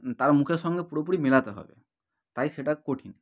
তার মুখের সঙ্গে পুরোপুরি মেলাতে হবে তাই সেটা কঠিন